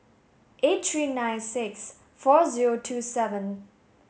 eight three nine six four zero two seven